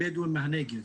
בדואים מהנגב.